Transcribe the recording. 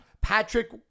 Patrick